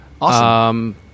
Awesome